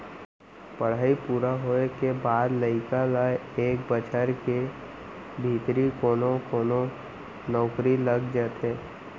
पड़हई पूरा होए के बाद लइका ल एक बछर के भीतरी कोनो कोनो नउकरी लग जाथे